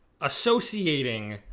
associating